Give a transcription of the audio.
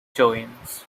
joints